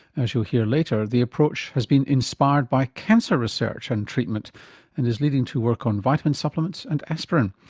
as you'll hear later the approach has been inspired by cancer research and treatment and is leading to work on vitamin supplements and aspirin.